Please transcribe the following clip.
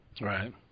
Right